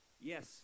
yes